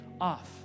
off